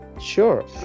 Sure